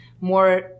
more